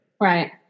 Right